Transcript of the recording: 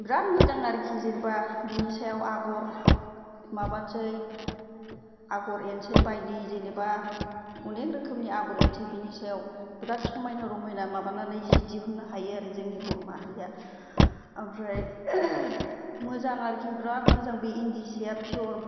बिराद मोजां आरोखि जेनेबा बिनि सायाव आग'र माबानोसै आग'र एरनोसै बायदि जेनोबा अनेक रोखोमनि आग'र एरनोसै बिनि सायाव बिराद समायना रमायना माबानानै जि दिहुननो हायो आरो जोंनि बर' माहारिया ओमफ्राय मोजां आरोखि बिराद मोजां बे इन्दि सिया पियर